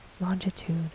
longitude